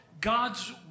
God's